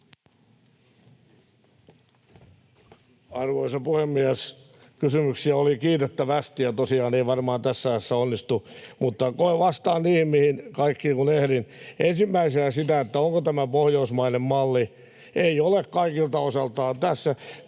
Arvoisa puhemies! Kysymyksiä oli kiitettävästi, ja tosiaan ei varmaan tässä ajassa onnistu, mutta vastaan kaikkiin niihin, mihin ehdin. Ensimmäisenä se, että onko tämä pohjoismainen malli. Ei ole kaikilta osiltaan. Tässä